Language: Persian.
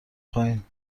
پایین